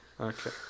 Okay